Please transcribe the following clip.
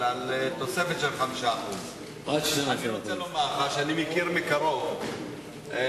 על תוספת של 5%. עד 12%. אני מכיר מקרוב את הנושא הזה,